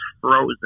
frozen